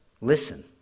listen